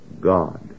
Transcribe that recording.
God